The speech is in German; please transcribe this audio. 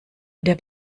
der